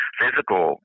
physical